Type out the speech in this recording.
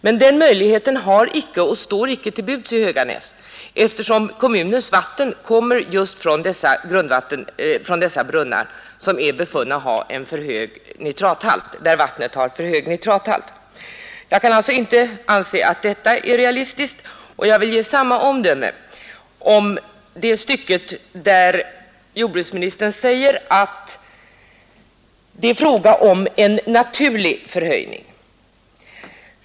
Men den möjligheten står icke till buds i Höganäs, eftersom kommunens vatten kommer från brunnar där vattnet befunnits ha alltför hög nitrathalt. Jag kan alltså inte finna att detta är ett realistiskt alternativ, och jag vill ge samma omdöme om det stycke, där jordbruksministern säger att det är fråga om en naturlig förhöjning av nitrathalten.